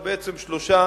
זה בעצם שלושה